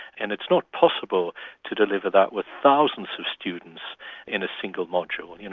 and it's not possible to deliver that with thousands of students in a single module. you know,